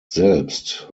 selbst